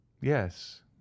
yes